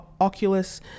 Oculus